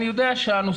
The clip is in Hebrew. אני יודע שהנושא,